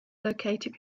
located